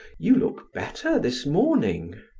you look better this morning.